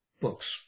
books